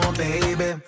baby